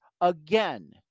again